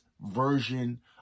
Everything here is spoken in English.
version